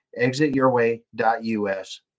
ExitYourWay.us